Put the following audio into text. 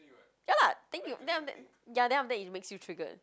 ya lah then you after that ya then after that it makes you triggered